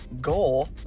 goal